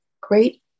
great